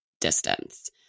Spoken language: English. distance